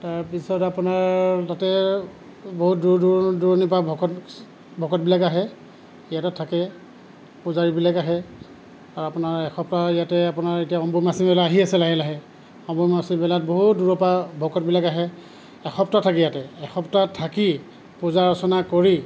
তাৰপিছত আপোনাৰ তাতে বহুত দূৰ দূৰ দূৰণিৰপৰা ভকত ভকতবিলাক আহে ইয়াতে থাকে পূজাৰীবিলাক আহে আৰু আপোনাৰ এসপ্তাহ ইয়াতে আপোনাৰ এতিয়া অম্বুবাচী মেলা আহি আছে লাহে লাহে অম্বুবাচী মেলাত বহুত দূৰৰপৰা ভকতবিলাক আহে এসপ্তাহ থাকে ইয়াতে এসপ্তাহ থাকি পূজা অৰ্চনা কৰি